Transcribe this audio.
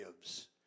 gives